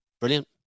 brilliant